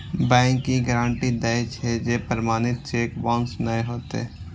bank ई guarantee दै छै, जे प्रमाणित चेक बाउंस नै हेतै